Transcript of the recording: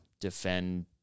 defend